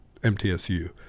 MTSU